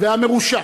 והמרושע